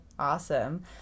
Awesome